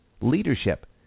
leadership